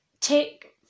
take